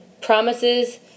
Promises